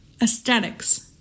aesthetics